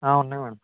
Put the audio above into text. ఉన్నాయి మేడం